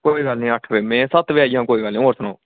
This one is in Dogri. कोई गल्ल नी अट्ठ बजे में सत्त बजे आई जांग होर सनाओ